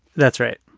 that's right.